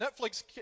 Netflix